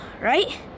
right